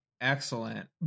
Excellent